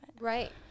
Right